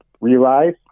realize